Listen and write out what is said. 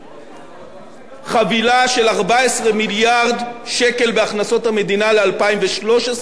חבילה של 14 מיליארד שקל בהכנסות המדינה ל-2013 שתאפשר